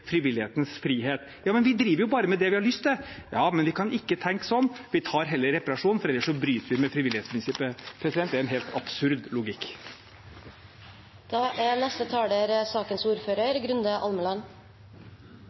frivillighetens frihet. Men vi driver jo bare med det vi har lyst til. Vi kan ikke tenke slik, vi tar heller reparasjonen, for ellers bryter vi med frivillighetsprinsippet. Det er en helt absurd